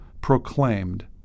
proclaimed